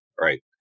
right